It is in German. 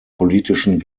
politischen